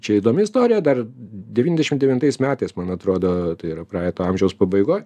čia įdomi istorija dar devyniasdešim devintais metais man atrodo tai yra praeito amžiaus pabaigoj